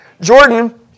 Jordan